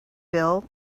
bill